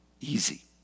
easy